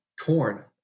corn